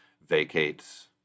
vacates